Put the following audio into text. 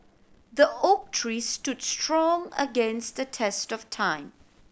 the oak tree stood strong against the test of time